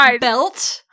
belt